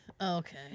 Okay